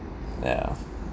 yeah